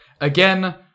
again